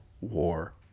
war